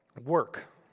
Work